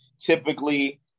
typically